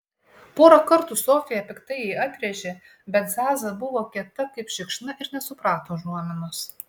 porą kartų sofija piktai jai atrėžė bet zaza buvo kieta kaip šikšna ir nesuprato užuominos